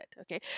okay